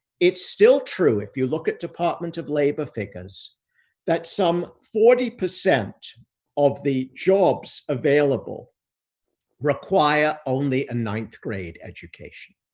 it's still true, if you look at department of labor figures that some forty percent of the jobs available require only a ninth-grade education.